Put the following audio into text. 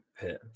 pit